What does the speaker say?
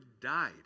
died